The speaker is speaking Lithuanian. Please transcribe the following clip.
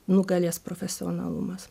nugalės profesionalumas